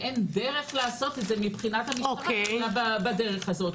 אין דרך לעשות את זה מבחינת המשטרה אלא בדרך הזו.